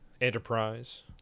enterprise